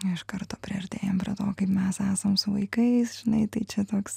iš karto priartėjam prie to kaip mes esam su vaikais žinai tai čia toks